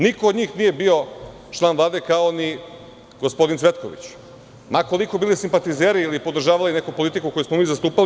Niko od njih nije bio član Vlade, kao ni gospodin Cvetković, ma koliko bili simpatizeri, ili podržavali neku politiku koju smo mi zastupali.